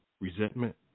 resentment